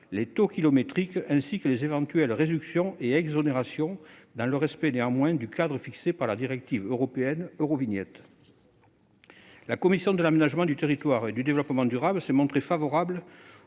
les taux kilométriques, ainsi que les éventuelles réductions et exonérations, dans le respect du cadre fixé par la directive européenne Eurovignette. La commission de l'aménagement du territoire et du développement durable s'est montrée favorable